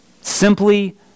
Simply